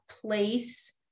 place